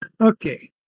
Okay